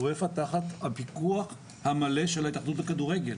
אופ"א תחת הפיקוח המלא של ההתאחדות לכדורגל.